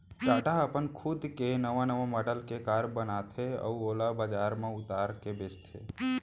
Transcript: टाटा ह अपन खुद के नवा नवा मॉडल के कार बनाथे अउ ओला बजार म उतार के बेचथे